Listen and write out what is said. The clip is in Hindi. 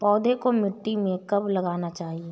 पौधें को मिट्टी में कब लगाना चाहिए?